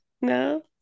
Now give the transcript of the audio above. No